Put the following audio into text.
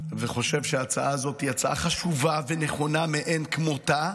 וחושב שההצעה הזאת היא הצעה חשובה ונכונה מאין כמותה,